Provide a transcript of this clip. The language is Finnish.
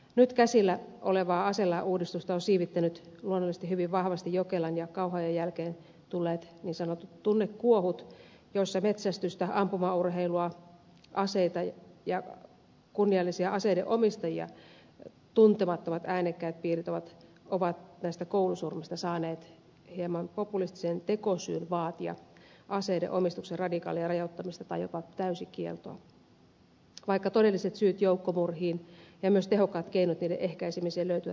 nyt käsillä olevaa aselain uudistusta ovat siivittäneet luonnollisesti hyvin vahvasti jokelan ja kauhajoen jälkeen tulleet niin sanotut tunnekuohut joissa metsästystä ampumaurheilua aseita ja kunniallisia aseiden omistajia tuntemattomat äänekkäät piirit ovat näistä koulusurmista saaneet hieman populistisen tekosyyn vaatia aseiden omistuksen radikaalia rajoittamista tai jopa täyskieltoa vaikka todelliset syyt joukkomurhiin ja myös tehokkaat keinot niiden ehkäisemiseen löytyvät aivan muualta